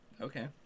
Okay